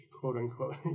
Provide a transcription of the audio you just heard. quote-unquote